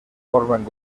formen